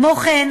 כמו כן,